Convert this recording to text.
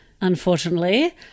Unfortunately